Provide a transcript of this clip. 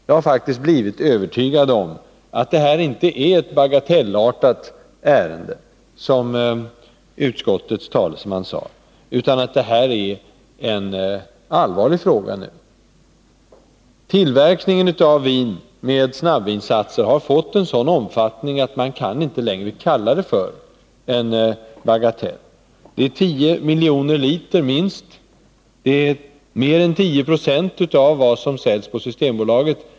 Jag har blivit övertygad om att detta inte är ett bagatellartat ärende, som utskottets talesman sade, utan att det är en allvarlig fråga. Tillverkningen av vin med snabbvinsatser har fått en sådan omfattning att man inte längre kan kalla den för en bagatell. Det tillverkas minst 10 miljoner liter, mer än 10 26 av det vin som säljs på Systembolaget.